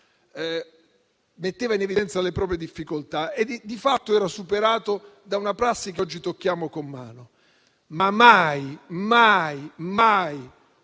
metteva in evidenza le proprie difficoltà e che di fatto era superato da una prassi che oggi tocchiamo con mano, ma mai, mai, mai,